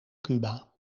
cuba